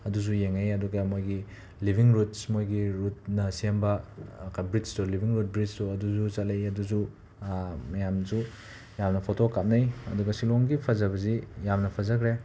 ꯑꯗꯨꯁꯨ ꯌꯦꯡꯂꯛꯏ ꯑꯗꯨꯒ ꯃꯣꯏꯒꯤ ꯂꯤꯕꯤꯡ ꯔꯨꯠꯁ ꯃꯣꯏꯒꯤ ꯔꯨꯠꯅ ꯁꯦꯝꯕ ꯀ ꯕ꯭ꯔꯤꯖꯇꯣ ꯂꯤꯕꯤꯡ ꯔꯨꯠ ꯕ꯭ꯔꯤꯖꯇꯣ ꯑꯗꯨꯁꯨ ꯆꯠꯂꯛꯏ ꯑꯗꯨꯁꯨ ꯃꯌꯥꯝꯁꯨ ꯌꯥꯝꯅ ꯐꯣꯇꯣ ꯀꯥꯞꯅꯩ ꯑꯗꯨꯒ ꯁꯤꯂꯣꯡꯒꯤ ꯐꯖꯕꯁꯤ ꯌꯥꯝꯅ ꯐꯖꯈ꯭ꯔꯦ